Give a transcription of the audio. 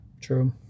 True